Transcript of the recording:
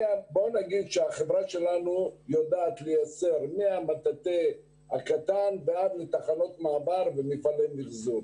החברה שלנו יודעת לייצר מהמטאטא הקטן ועד לתחנות מעבר ומפעלי מחזור.